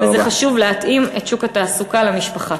וזה חשוב להתאים את שוק התעסוקה למשפחה.